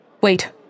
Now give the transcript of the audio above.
Wait